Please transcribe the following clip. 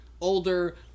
older